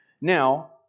Now